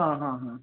हा हा हा